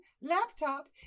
laptop